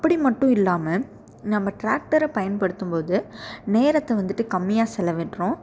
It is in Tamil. அப்படி மட்டும் இல்லாமல் நம்ம டிராக்டரை பயன்படுத்தும் போது நேரத்தை வந்துட்டு கம்மியாக செலவிடுறோம்